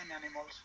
animals